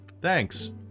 Thanks